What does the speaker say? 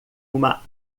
uma